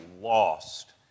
lost